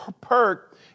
perk